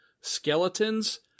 skeletons